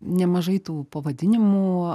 nemažai tų pavadinimų